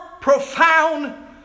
profound